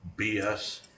BS